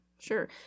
Sure